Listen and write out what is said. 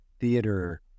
theater